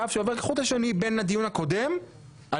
קו שעובר כחוט השני בין הדיון הקודם על